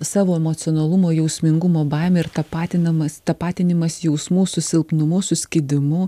savo emocionalumo jausmingumo baimė ir tapatinamas tapatinimas jausmų su silpnumu suskydimu